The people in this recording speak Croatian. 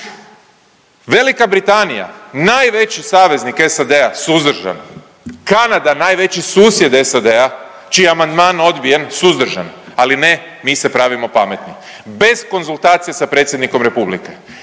Velika Britanija, najveći saveznik SAD-a, suzdržan. Kanada, najveći susjed SAD-a, čiji je amandman odbije, suzdržan ali ne mi se pravimo pametni. Bez konzultacije sa predsjednikom Republike.